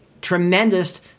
tremendous